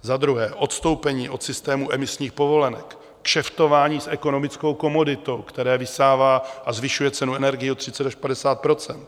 Za druhé, odstoupení od systému emisních povolenek, kšeftování s ekonomickou komoditou, které vysává a zvyšuje cenu energie o 30 až 50 %.